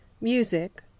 Music